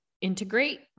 integrate